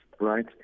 right